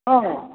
ହଁ